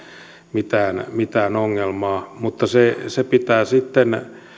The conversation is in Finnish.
mitään mitään ongelmaa mutta sen pitää sitten